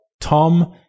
Tom